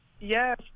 Yes